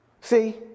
See